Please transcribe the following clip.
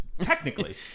technically